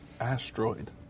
asteroid